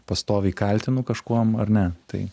pastoviai kaltinu kažkuom ar ne tai